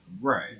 Right